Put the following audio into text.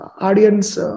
audience